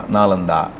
Nalanda